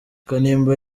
kanimba